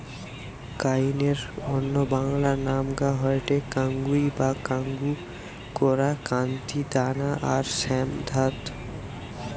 কাউনের অন্য বাংলা নামগা হয়ঠে কাঙ্গুই বা কাঙ্গু, কোরা, কান্তি, দানা আর শ্যামধাত